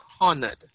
honored